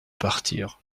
partir